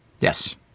Yes